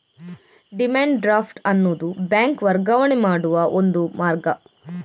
demand draft ಅನ್ನುದು bank ವರ್ಗಾವಣೆ ಮಾಡುವ ಒಂದು ಮಾರ್ಗ